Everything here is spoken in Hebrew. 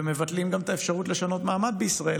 מבטלים גם את האפשרות לשנות מעמד בישראל,